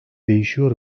değişiyor